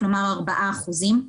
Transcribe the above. כלומר ארבעה אחוזים,